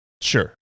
sure